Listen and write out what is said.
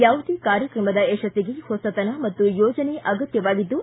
ಯಾವುದೇ ಕಾರ್ಯಕ್ರಮದ ಯಶಸ್ಸಿಗೆ ಹೊಸತನ ಮತ್ತು ಯೋಜನೆ ಅಗತ್ಯವಾಗಿದ್ದು